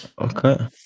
Okay